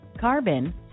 carbon